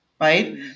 right